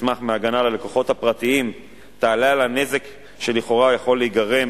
שתצמח מההגנה על הלקוחות הפרטיים תעלה על הנזק שלכאורה יכול להיגרם